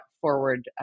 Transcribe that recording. forward